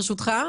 ברשותך,